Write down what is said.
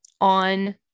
on